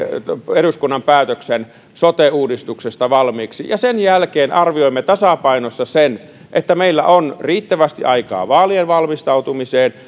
eduskunnan päätöksen sote uudistuksesta valmiiksi ja sen jälkeen arvioimme tasapainossa sen että meillä on riittävästi aikaa vaaleihin valmistautumiseen